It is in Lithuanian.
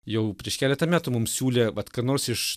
jau prieš keletą metų mums siūlė vat ką nors iš